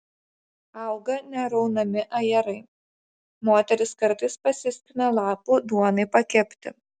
auga neraunami ajerai moterys kartais pasiskina lapų duonai pakepti